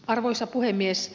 arvoisa puhemies